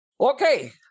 Okay